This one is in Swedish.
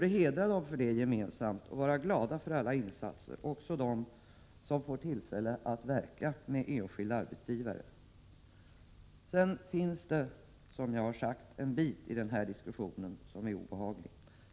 Det borde vi gemensamt hedra dem för och vara glada för alla insatser — även av de få som får tillfälle att verka med en enskild arbetsgivare. Som jag sade inledningsvis finns det emellertid en bit i den här diskussionen som är obehaglig.